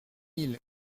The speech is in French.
mille